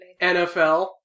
NFL